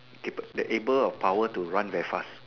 cape the able of the power to run very fast